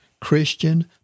Christian